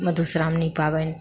मधुश्रावणी पाबनि